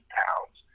pounds